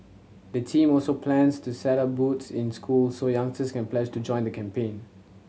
the team also plans to set up booths in schools so youngsters can pledge to join the campaign